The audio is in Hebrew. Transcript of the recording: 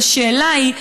אז השאלה היא,